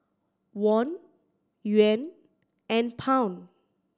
Won Yuan and Pound